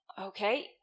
Okay